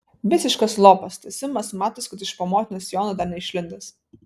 visiškas lopas tas simas matosi kad iš po motinos sijono dar neišlindęs